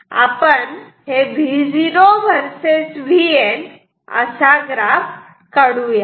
आपण Vo versus Vn असा graph काढूयात